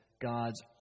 God's